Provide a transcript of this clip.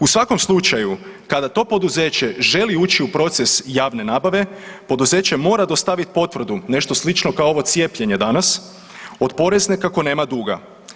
U svakom slučaju kada to poduzeće želi ući u proces javne nabave, poduzeće mora dostaviti potvrdu, nešto slično kao ovo cijepljenje danas od porezne kako nema dugo.